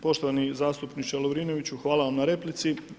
Poštovani zastupniče Lovrinoviću, hvala vam replici.